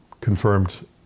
confirmed